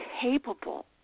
capable